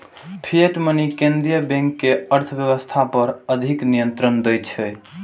fiat money केंद्रीय bank कें अर्थव्यवस्था पर अधिक नियंत्रण दै छै